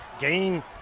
Gain